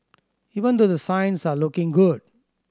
even though the signs are looking good